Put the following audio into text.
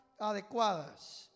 adecuadas